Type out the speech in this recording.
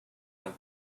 have